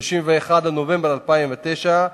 21 בנובמבר 2009,